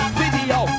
video